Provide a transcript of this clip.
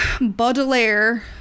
Baudelaire